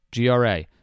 GRA